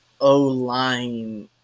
O-line